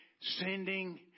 sending